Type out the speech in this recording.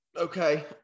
okay